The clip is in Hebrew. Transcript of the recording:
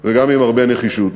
וגם עם הרבה נחישות.